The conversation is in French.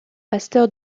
pasteur